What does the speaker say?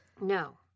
No